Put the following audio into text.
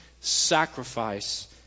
sacrifice